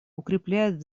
укрепляют